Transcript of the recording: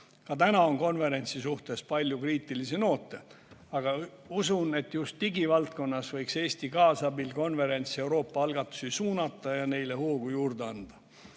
ka praegu on konverentsi suhtes kõlanud palju kriitilisi noote. Aga usun, et just digivaldkonnas võiks Eesti kaasabil konverents Euroopa algatusi suunata ja neile hoogu juurde anda.